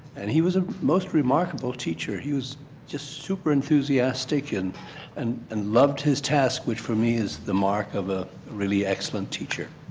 and he was a most remarkable teacher. he was just super enthusiastic and and and loved his task which for me, is the mark of a really excellent teacher.